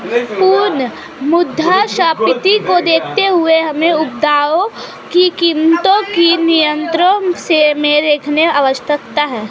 पुनः मुद्रास्फीति को देखते हुए हमें उत्पादों की कीमतों को नियंत्रण में रखने की आवश्यकता है